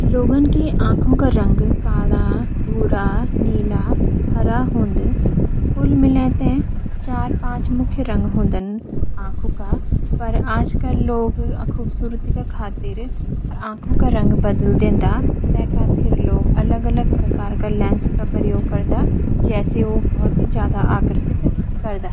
लोगों की आंखें काला, हरा, नीला, भूरा हुंद। कुल मिले ते चार पांच मुख्य रंग होंदन आंखों का। पर आजकल लोग खूबसूरती का खातिर आंखों का रंग बदली दे दा, ते खातिर लोग अलग अलग प्रकार का लेंस क प्रयोग करदा, जैसी उ बहुत हे ज्यादा आकर्षित करदा।